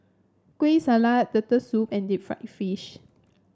Kueh Salat Turtle Soup and Deep Fried Fish